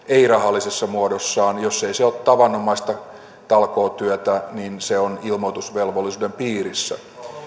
ei rahallisessa muodossaan jos se ei ole tavanomaista talkootyötä niin se on ilmoitusvelvollisuuden piirissä